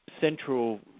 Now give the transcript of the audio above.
Central